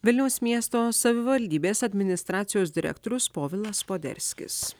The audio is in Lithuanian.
vilniaus miesto savivaldybės administracijos direktorius povilas poderskis